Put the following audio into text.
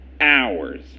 Hours